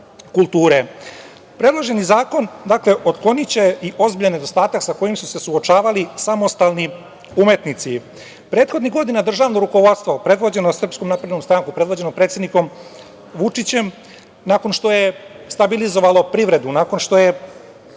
kulture. Predloženi zakon otkloniće i ozbiljan nedostatak sa kojim su se suočavali samostalni umetnici. Prethodnih godina državno rukovodstvo predvođeno SNS, predvođeno predsednikom Vučićem, nakon što je stabilizovalo privredu, nakon što je